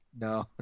No